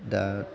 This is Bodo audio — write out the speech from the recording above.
दा